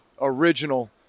original